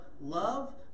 love